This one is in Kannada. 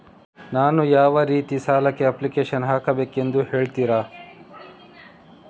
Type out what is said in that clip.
ನಾನು ಯಾವ ರೀತಿ ಸಾಲಕ್ಕೆ ಅಪ್ಲಿಕೇಶನ್ ಹಾಕಬೇಕೆಂದು ಹೇಳ್ತಿರಾ?